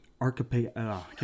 Archipelago